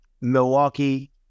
Milwaukee